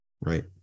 right